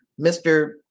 Mr